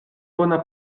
bona